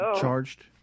charged